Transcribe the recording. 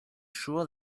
sure